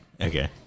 Okay